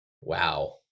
Wow